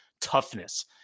toughness